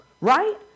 Right